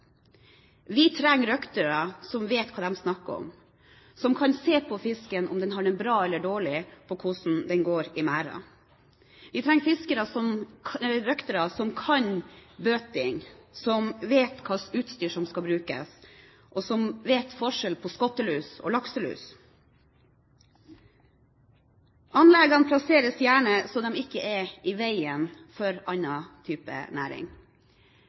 Vi tenger røktere som vet hva de snakker om, som kan se på fisken om den har det bra eller dårlig ut fra hvordan den går i merden. Vi trenger røktere som kan bøting, som vet hva slags utstyr som skal brukes, og som vet forskjell på skottelus og lakselus. Anleggene plasseres gjerne så de ikke er i veien for annen type næring.